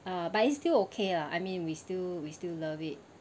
uh but it's still okay lah I mean we still we still love it